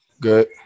Good